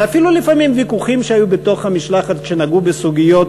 ואפילו לפעמים ויכוחים שהיו בתוך המשלחת שנגעו בסוגיות,